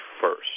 first